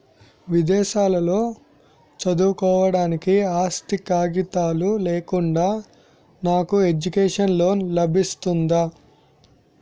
విదేశాలలో చదువుకోవడానికి ఆస్తి కాగితాలు లేకుండా నాకు ఎడ్యుకేషన్ లోన్ లబిస్తుందా?